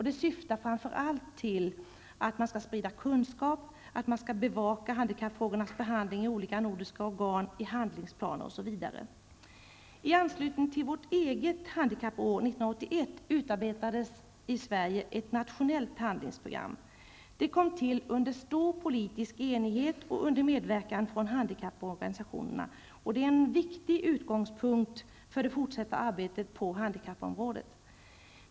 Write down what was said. Det syftar framför allt till att sprida kunskap och att bevaka handikappfrågornas behandling i olika nordiska organ, i handlingsplaner osv. Sverige ett nationellt program. Det kom till under stor politisk enighet och under medverkan från handikapporganisationerna. Detta är en viktig utgångspunkt för det fortsatta arbetet på handikappområdet.